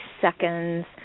seconds